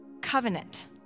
covenant